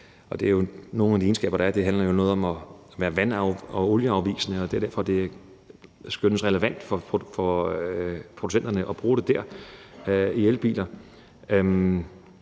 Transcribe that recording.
handler jo om noget med at være vand- og olieafvisende, og det er derfor, det skønnes relevant for producenterne at bruge det i elbiler.